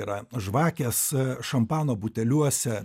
yra žvakės šampano buteliuose